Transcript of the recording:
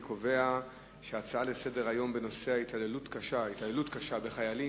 אני קובע שההצעות לסדר-היום בנושא ההתעללות קשה בחיילים